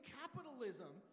capitalism